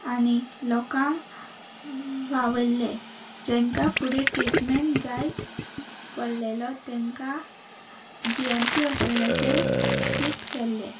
आनी लोकांक वावरले जेंका फुडें ट्रिटमेंट जायच पडलेलो तेंकां जी एम सी हॉस्पिटाचे शिफ्ट केल्ले